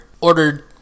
ordered